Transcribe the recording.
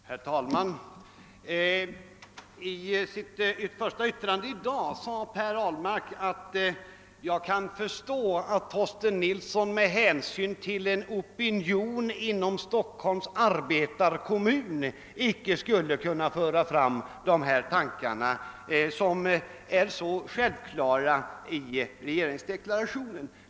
Herr talman! I sitt första anförande i dag sade herr Ahlmark att han kunde förstå, att Torsten Nilsson med hänsyn till en opinion inom Stockholms arbetarekommun icke där kunde föra fram de tankar som är så självklara i regeringsdeklarationen.